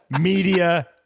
media